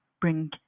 bring